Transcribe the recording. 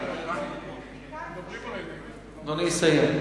אדוני יסיים.